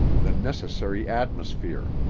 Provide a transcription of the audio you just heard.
the necessary atmosphere,